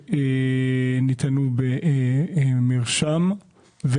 שלא נמצאת בסל והיא תרופת מרשם.